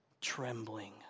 trembling